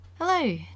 Hello